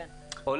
כן.